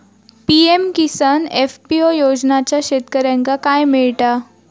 PM Kisan FPO योजनाच्यात शेतकऱ्यांका काय मिळता?